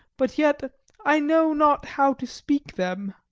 but yet i know not how to speak them.